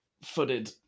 footed